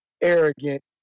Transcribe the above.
arrogant